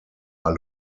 are